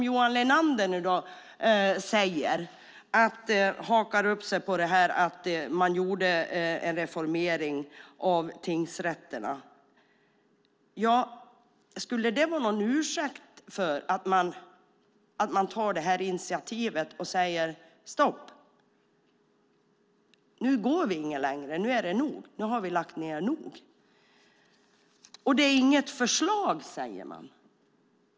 Johan Linander hakar upp sig på att man gjorde en reformering av tingsrätterna. Det är väl ingen ursäkt för att inte nu ta detta initiativ och säga: Stopp, nu går vi inte längre. Nu är det nog; nu har vi lagt ned nog. Det är inget förslag, säger man.